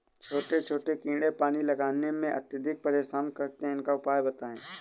छोटे छोटे कीड़े पानी लगाने में अत्याधिक परेशान करते हैं इनका उपाय बताएं?